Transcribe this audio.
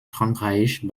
frankreich